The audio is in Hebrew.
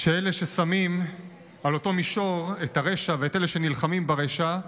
שאלה ששמים על אותו מישור את הרשע ואת אלה שנלחמים ברשע,